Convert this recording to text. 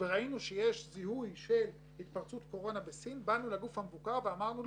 מגיעה לטיפול ואנחנו סוגרים את המעגל.